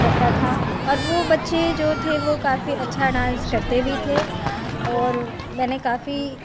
पड़ता था और वह बच्चे जो थे वह काफ़ी अच्छा डान्स करते भी थे और मैंने काफ़ी